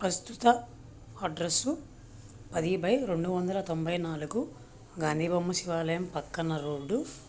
ప్రస్తుత అడ్రస్సు పది బై రెండు వందల తొంభై నాలుగు గాంధీ బొమ్మ శివాలయం పక్కన రోడ్డు